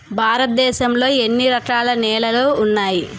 భారతదేశం లో ఎన్ని రకాల నేలలు ఉన్నాయి?